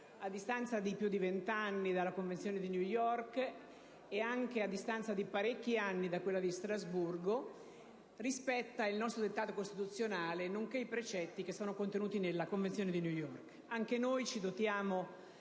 a distanza di più di 20 anni dalla Convenzione di New York e di parecchi anni da quella di Strasburgo, rispetta il nostro dettato costituzionale, nonché i precetti contenuti nella Convenzione di New York. Anche noi ci dotiamo